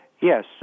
Yes